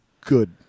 good